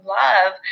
love